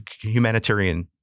humanitarian